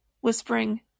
whispering